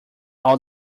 all